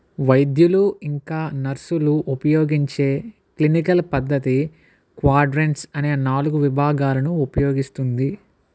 వైద్యులు ఇంకా నర్సులు ఉపయోగించే క్లినికల్ పద్ధతి క్వాడ్రంట్స్ అనే నాలుగు విభాగాలను ఉపయోగిస్తుంది